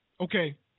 Okay